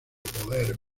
poder